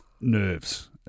nerves